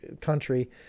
country